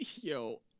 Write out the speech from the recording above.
Yo